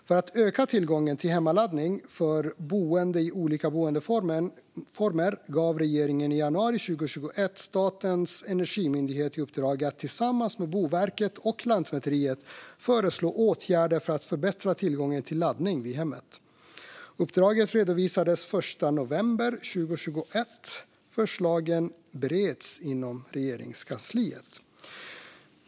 För att öka tillgången till hemmaladdning för boende i olika boendeformer gav regeringen i januari 2021 Statens energimyndighet i uppdrag att tillsammans med Boverket och Lantmäteriet föreslå åtgärder för att förbättra tillgången till laddning vid hemmet. Uppdraget redovisades den 1 november 2021. Förslagen bereds inom Regeringskansliet.